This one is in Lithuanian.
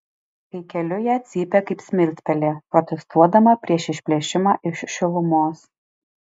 kai keliu ją cypia kaip smiltpelė protestuodama prieš išplėšimą iš šilumos